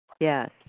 Yes